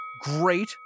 great